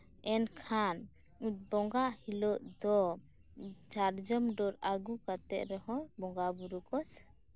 ᱮᱱᱠᱷᱟᱱ ᱵᱚᱸᱜᱟ ᱦᱤᱞᱟᱹᱜ ᱫᱚ ᱥᱟᱨᱡᱚᱢ ᱰᱟᱹᱨ ᱟᱹᱜᱩ ᱠᱟᱛᱮᱫ ᱨᱮᱦᱚᱸ ᱵᱚᱸᱜᱟ ᱵᱩᱨᱩᱠᱚ